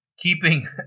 Keeping